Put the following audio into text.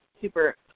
super